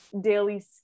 daily